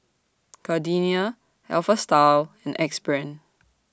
Gardenia Alpha Style and Axe Brand